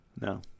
no